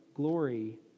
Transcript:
glory